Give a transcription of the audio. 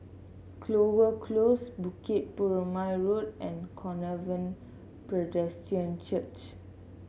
Clover Close Bukit Purmei Road and Covenant Presbyterian Church